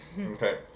Okay